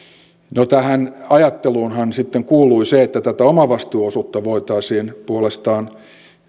tähän ajatteluunhan sitten kuului se että tätä omavastuuosuutta voitaisiin puolestaan